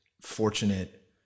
fortunate